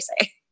say